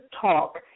talk